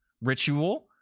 ritual